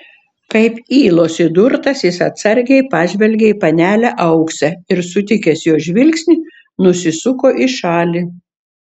kaip ylos įdurtas jis atsargiai pažvelgė į panelę auksę ir sutikęs jos žvilgsnį nusisuko į šalį